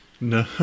No